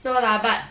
no lah but